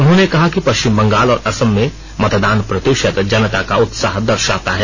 उन्होंने कहा कि पश्चिम बंगाल और असम में मतदान प्रतिशत जनता का उत्साह दर्शाता है